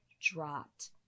dropped